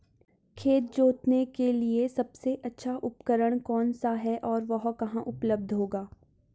खेत जोतने के लिए सबसे अच्छा उपकरण कौन सा है और वह कहाँ उपलब्ध होगा?